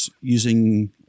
using